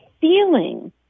feeling